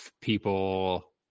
people